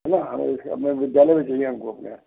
है ना हमें अपने विद्यालय में चाहिए हम को अपने